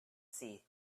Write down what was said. see